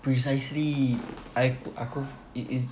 precisely I aku it is